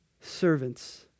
servants